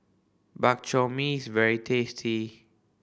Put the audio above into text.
Bak Chor Mee is very tasty